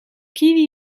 kiwi